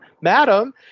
madam